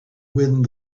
wind